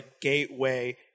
gateway